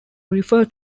refer